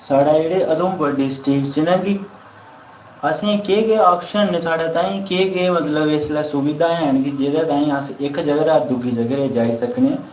साढ़ै जेह्ड़े उधमपुर डिस्ट्रिक्ट च न कि असें केह केह् आफशन न साढ़ै ताहीं केह् केह् मतलब इस बेल्लै सुविधा हैन ऐ कि जेह्दे ताहीं अस इक जगह् दा दुई जगर जाई सकने आं